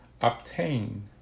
obtain